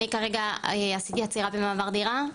אני כרגע עשיתי עצירה במעבר דירה,